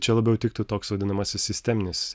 čia labiau tiktų toks vadinamasis sisteminės